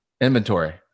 inventory